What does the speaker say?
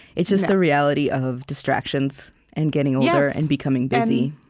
it's just the reality of distractions and getting older and becoming busy